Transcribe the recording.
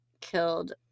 killed